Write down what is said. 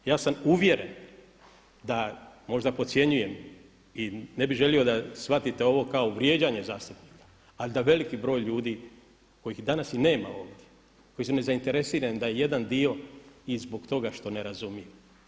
Ja sam uvjeren da možda podcjenjujem i ne bih želio da shvatite ovo kao vrijeđanje zastupnika, ali da veliki broj ljudi kojih danas i nema ovdje, koji su nezainteresirani da jedan dio i zbog toga što ne razumiju.